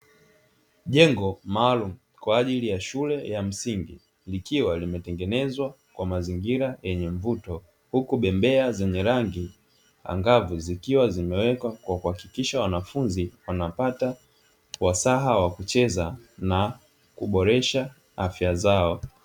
Jengo maalum kwa ajili ya shule ya msingi, likiwa limetengenezwa kwa mazingira yenye mvuto huku bembea zenye rangi angavu zikiwa zimewekwa kwa kuhakikisha wanafunzi wanapata wasaha wa kucheza na kuboresha afya zao.